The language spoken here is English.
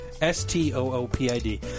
S-T-O-O-P-I-D